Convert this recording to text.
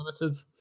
limited